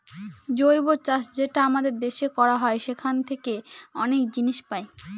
জৈব চাষ যেটা আমাদের দেশে করা হয় সেখান থাকে অনেক জিনিস পাই